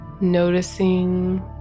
Noticing